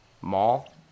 mall